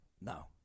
No